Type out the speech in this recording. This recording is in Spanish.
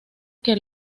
que